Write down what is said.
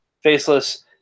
Faceless